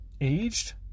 aged